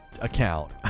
account